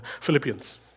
Philippians